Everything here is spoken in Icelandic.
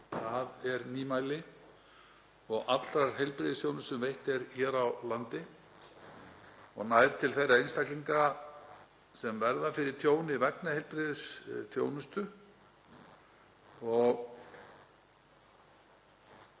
það er nýmæli, og allrar heilbrigðisþjónustu sem veitt er hér á landi og nær til þeirra einstaklinga sem verða fyrir tjóni vegna heilbrigðisþjónustu.